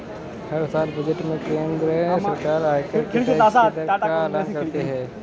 हर साल बजट में केंद्र सरकार आयकर के टैक्स की दर का एलान करती है